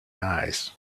eyes